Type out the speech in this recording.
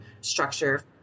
structure